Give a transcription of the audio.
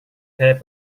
gaya